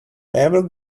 ever